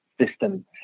system